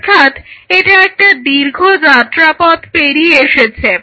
অর্থাৎ এটা একটা দীর্ঘ যাত্রাপথ পেরিয়ে এসেছে